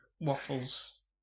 waffles